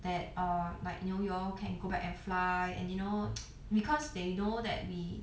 that err like you know y'all can can go back and fly and you know because they know that we